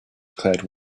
declared